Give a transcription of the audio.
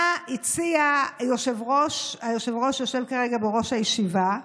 מה הציע היושב-ראש שיושב כרגע בראש הישיבה,